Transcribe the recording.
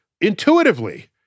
intuitively